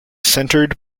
centred